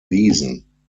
wiesen